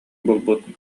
булбут